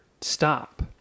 stop